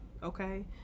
okay